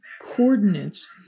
coordinates